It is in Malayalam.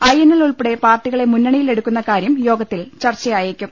ഐ എൻ എൽ ഉൾപ്പടെ പാർട്ടികളെ മുന്നണിയിൽ എടുക്കുന്ന കാര്യം യോഗത്തിൽ ചർച്ചയായേക്കും